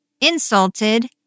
insulted